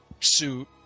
suit